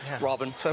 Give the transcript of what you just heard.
Robin